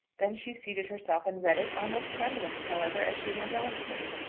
then she seated herself and read it, almost trembling, however, as she went on with it.